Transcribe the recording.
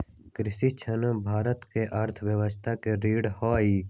कृषि ऋण भारत के अर्थव्यवस्था के रीढ़ हई